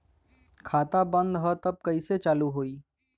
खाता बंद ह तब कईसे चालू होई?